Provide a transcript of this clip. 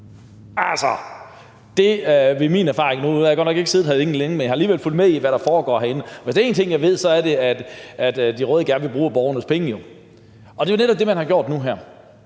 Altså, det siger min erfaring. Nu har jeg godt nok ikke siddet herinde længe, men jeg har alligevel fulgt med i, hvad der foregår herinde. Og hvis der er en ting, jeg ved, så er det, at de røde jo gerne vil bruge af borgernes penge, og det er jo netop det, man har gjort nu her.